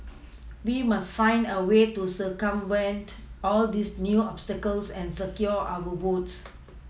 we must find a way to circumvent all these new obstacles and secure our votes